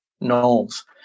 Knowles